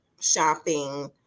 Shopping